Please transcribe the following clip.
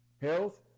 health